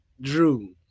Drew